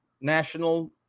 national